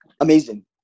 amazing